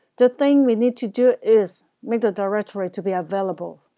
the thing we need to do is make the directory to be available!